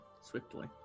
swiftly